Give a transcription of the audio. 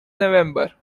november